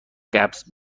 قبض